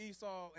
Esau